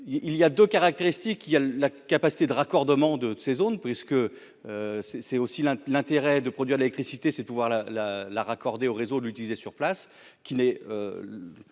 il y a 2 caractéristiques : il y a la capacité de raccordement de de ces zones, puisque c'est, c'est aussi l'intérêt de produire de l'électricité, c'est pouvoir la la la, raccordé au réseau l'utiliser sur place qui n'est,